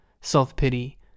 self-pity